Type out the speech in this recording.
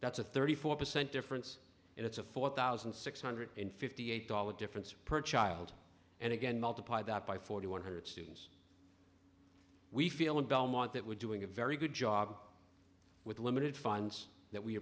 that's a thirty four percent difference and it's a four thousand six hundred and fifty eight dollars difference per child and again multiply that by forty one hundred students we feel in belmont that we're doing a very good job with limited funds that we